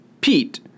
pete